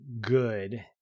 good